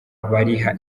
bariha